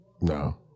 no